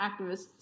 activists